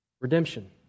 Redemption